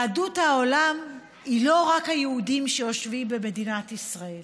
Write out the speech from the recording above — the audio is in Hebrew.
יהדות העולם היא לא רק היהודים שיושבים במדינת ישראל,